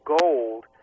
gold